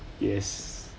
yes